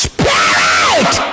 Spirit